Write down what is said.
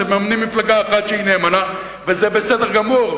הם ממנים מפלגה אחת שהיא נאמנה, וזה בסדר גמור.